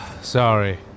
Sorry